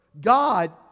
God